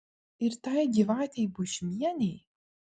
ir tai gyvatei bušmienei